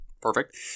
Perfect